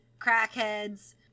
crackheads